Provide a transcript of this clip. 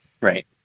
right